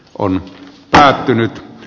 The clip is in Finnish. on päätynyt